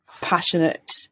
passionate